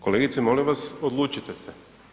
Kolegice molim vas, odlučite se.